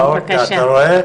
אף אחד לא יודע מי נגד מי.